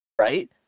Right